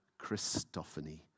Christophany